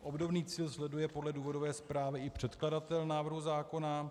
Obdobný cíl sleduje podle důvodové zprávy i předkladatel návrhu zákona.